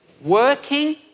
Working